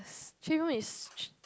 three room is